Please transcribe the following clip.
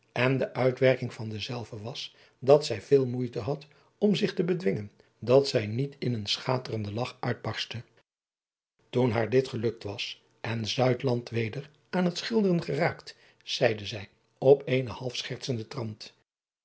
en de uitwerking van dezelve was dat zij veel moeite had om zich te bedwingen dat zij niet in een schaterenden lach uitbarstte oen haar dit gelukt was en weder aan het schilderen geraakt zeide zij op eenen halfschertsenden trant